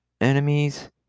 enemies